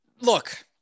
Look